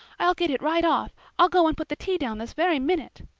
i'll get it right off i'll go and put the tea down this very minute.